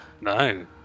No